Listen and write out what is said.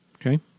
Okay